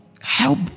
help